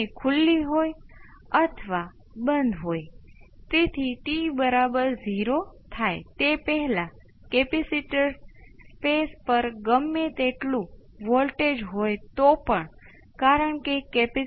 તેથી એ જ રીતે આને કોઈપણ સિગ્નલમાં વધુ સામાન્યીકૃત કરી શકાય છે કારણ કે બધા સાઇનુસોઈડલ પછી એક્સપોનેન્શિયલના કેટલાક રેખીય સંયોજન તરીકે પણ દર્શાવી શકાય જ્યાં X કાલ્પનિક છે